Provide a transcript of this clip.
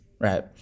right